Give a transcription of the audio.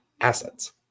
assets